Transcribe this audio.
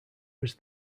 was